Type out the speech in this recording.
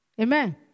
Amen